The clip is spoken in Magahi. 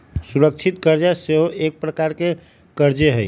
सुरक्षित करजा सेहो एक प्रकार के करजे हइ